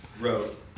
wrote